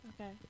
Okay